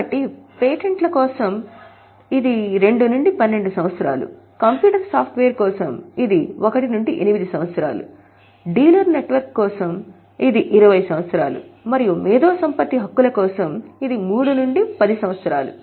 కాబట్టి పేటెంట్ల కోసం ఇది 2 నుండి 12 సంవత్సరాలు కంప్యూటర్ సాఫ్ట్వేర్ కోసం ఇది 1 నుండి 8 సంవత్సరాలు అప్పుడు డీలర్ నెట్వర్క్ కోసం ఇది 20 సంవత్సరాలు మరియు మేధో సంపత్తి హక్కుల కోసం ఇది 3 నుండి 10 సంవత్సరాలు